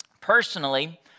personally